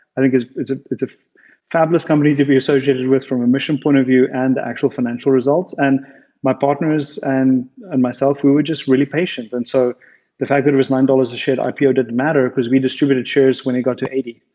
i think it's it's ah a fabulous company to be associated with from a mission point of view and actual financial results. and my partners and and myself, we were just really patient. and so the fact that it was nine dollars a share ipo didn't matter because we distributed shares when it got to eighty.